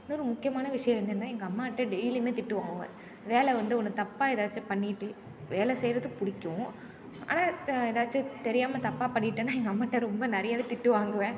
இன்னொரு முக்கியமான விஷயம் என்னன்னா எங்கள் அம்மாகிட்ட டெய்லியுமே திட்டு வாங்குவேன் வேலை வந்து ஒன்று தப்பாக எதாச்சும் பண்ணிட்டு வேலை செய்கிறது பிடிக்கும் ஆனா எதாச்சும் தெரியாமல் தப்பாக பண்ணிட்டேனால் எங்கள் அம்மாகிட்ட ரொம்ப நிறையாவே திட்டு வாங்குவேன்